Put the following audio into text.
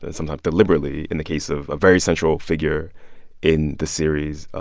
sometimes deliberately. in the case of a very central figure in the series,